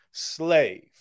slave